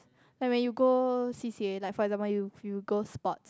like when you go C_C_A like for example you you go sport